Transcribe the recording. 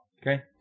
Okay